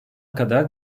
kadar